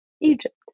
Egypt